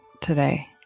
today